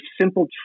simple